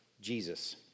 Jesus